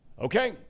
Okay